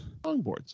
Longboards